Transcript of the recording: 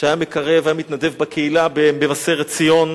שהיה מקרב, היה מתנדב בקהילה במבשרת-ציון.